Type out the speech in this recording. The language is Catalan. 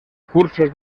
cursos